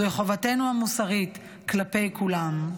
זוהי חובתנו המוסרית כלפי כולם.